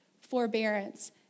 forbearance